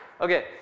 Okay